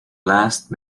last